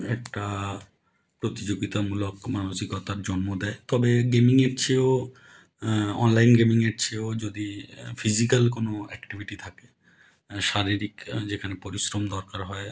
একটা প্রতিযোগিতামূলক মানসিকতার জন্ম দেয় তবে গেমিংয়ের চেয়েও অনলাইন গেমিংয়ের চেয়েও যদি ফিজিকাল কোনো অ্যাক্টিভিটি থাকে শারীরিক যেখানে পরিশ্রম দরকার হয়